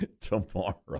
tomorrow